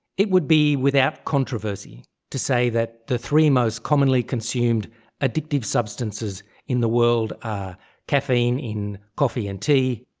it would be without controversy to say that the three most commonly consumed addictive substances in the world are caffeine in coffee and tea,